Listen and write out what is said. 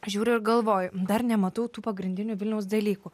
žiūriu ir galvoju dar nematau tų pagrindinių vilniaus dalykų